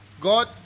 God